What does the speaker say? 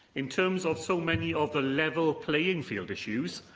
in terms of so many of the level playing field issues,